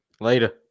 Later